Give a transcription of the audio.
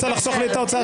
צר לי, תודה.